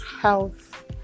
health